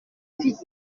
vite